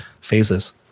phases